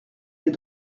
les